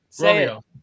Romeo